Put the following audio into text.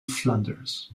flanders